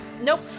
Nope